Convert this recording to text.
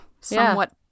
somewhat